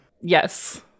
Yes